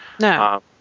No